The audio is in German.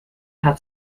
hat